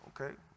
okay